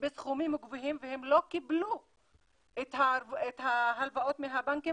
בסכומים גבוהים והם לא קיבלו את ההלוואות מהבנקים